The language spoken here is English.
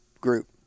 Group